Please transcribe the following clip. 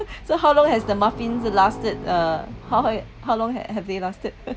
so how long has the muffins lasted uh how how long have they lasted